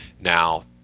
Now